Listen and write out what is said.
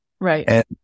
Right